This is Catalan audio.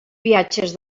viatges